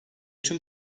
tüm